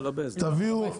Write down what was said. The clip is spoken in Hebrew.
לא בחוק ההסדרים.